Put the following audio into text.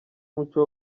umuco